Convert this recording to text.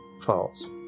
falls